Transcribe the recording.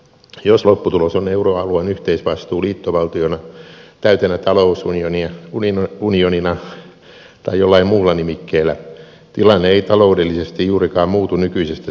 jos lopputulos on euroalueen yhteisvastuu liittovaltiona täytenä talousunionina tai jollain muulla nimikkeellä tilanne ei taloudellisesti juurikaan muutu nykyisestä tilanteesta